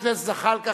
חבר הכנסת זחאלקה,